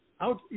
out